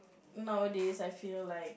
nowadays I feel like